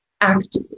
act